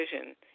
vision